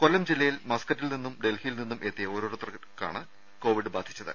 കൊല്ലം ജില്ലയിൽ മസ്കറ്റിൽ നിന്നും ഡൽഹിയിൽ നിന്നും എത്തിയ ഓരോരുത്തർക്കാണ് കോവിഡ് ബാധിച്ചത്